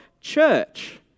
church